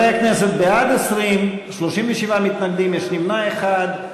חברי הכנסת, בעד, 20, 37 מתנגדים, יש נמנע אחד.